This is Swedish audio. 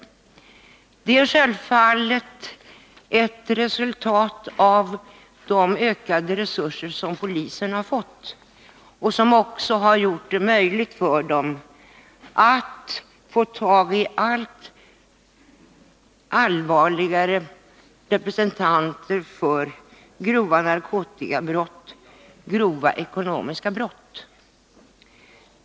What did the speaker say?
Det är självfallet ett resultat av de ökade resurser som polisen har fått och som också har gjort det möjligt för den att gripa sådana som begår allt grövre narkotikabrott och allt grövre ekonomiska brott.